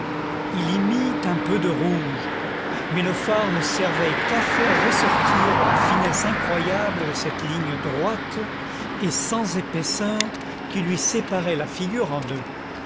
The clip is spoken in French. il y mit un peu de rouge mais le fard ne servait qu'à faire ressortir la finesse incroyable de cette ligne droite et sans épaisseur qui lui séparait la figure en deux